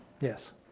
Yes